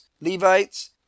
Levites